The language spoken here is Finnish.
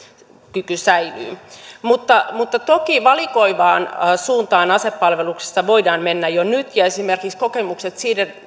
kyky säilyy mutta mutta toki valikoivaan suuntaan asepalveluksessa voidaan mennä jo nyt ja esimerkiksi kokemukset